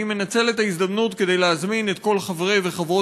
אני מנצל את ההזדמנות כדי להזמין את כל חברי וחברות